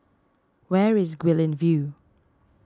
where is Guilin View